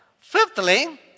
Fifthly